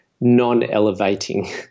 non-elevating